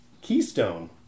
Keystone